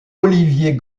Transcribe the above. olivier